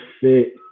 fit